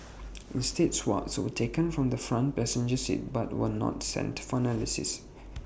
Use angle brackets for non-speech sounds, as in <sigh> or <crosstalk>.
<noise> instead swabs were taken from the front passenger seat but were not sent for analysis